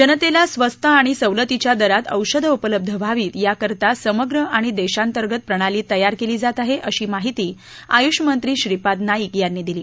जनतेला स्वस्त आणि सवलतीच्या दरात औषधं उपलब्ध व्हावीत याकरता समग्र आणि देशांतर्गत प्रणाली तयार केली जात आहे अशी माहिती आयुषमंत्री श्रीपाद नाईक यांनी दिली